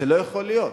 זה לא יכול להיות.